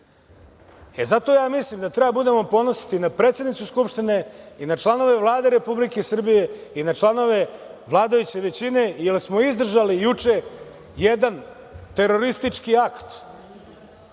e, zato ja mislim da treba da budemo ponosni na predsednicu Skupštine i na članove Vlade Republike Srbije i na članove vladajuće većine, jer smo izdržali juče jedan teroristički